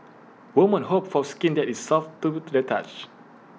women hope for skin that is soft to touch